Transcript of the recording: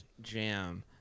jam